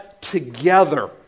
together